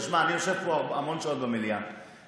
תשמע, אני יושב פה, במליאה, המון שעות.